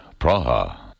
Praha